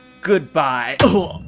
Goodbye